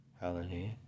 hallelujah